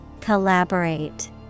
Collaborate